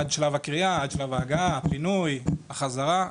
עד שלב הקריאה, עד שלב ההגעה, הפינוי החזרה.